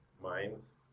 mines